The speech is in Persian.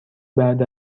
بعد